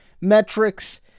metrics